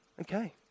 okay